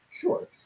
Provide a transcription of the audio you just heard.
sure